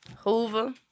Hoover